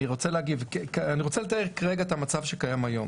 אני רוצה תאר את המצב שקיים היום.